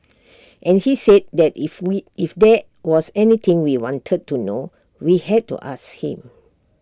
and he said that if we if there was anything we wanted to know we had to ask him